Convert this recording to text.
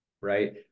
right